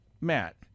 Matt